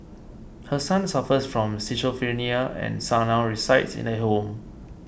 her son suffers from schizophrenia and son now resides in a home